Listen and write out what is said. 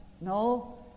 No